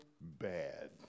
Bad